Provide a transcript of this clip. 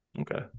Okay